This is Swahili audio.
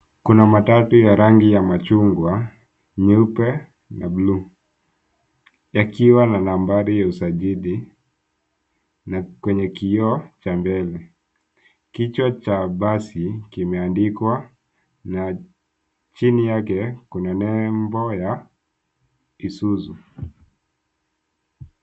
Kuna matatu ya rangi ya machugwa, nyeupe ya blue yakiwa na nambari ya usajili na kwenye kioo cha mbele kichwa cha basi kimeandikwa na chini yake kuna nembo ya Isuzu.